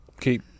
keep